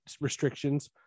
restrictions